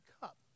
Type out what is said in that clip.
cup